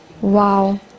wow